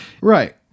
right